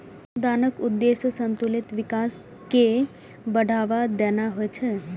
अनुदानक उद्देश्य संतुलित विकास कें बढ़ावा देनाय होइ छै